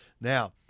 Now